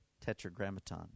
Tetragrammaton